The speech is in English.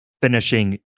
Finishing